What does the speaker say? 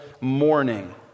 morning